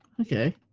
Okay